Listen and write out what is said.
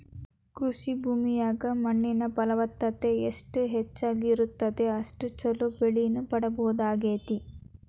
ಕೃಷಿ ಭೂಮಿಯಾಗ ಮಣ್ಣಿನ ಫಲವತ್ತತೆ ಎಷ್ಟ ಹೆಚ್ಚಗಿ ಇರುತ್ತದ ಅಷ್ಟು ಚೊಲೋ ಬೆಳಿನ ಪಡೇಬಹುದಾಗೇತಿ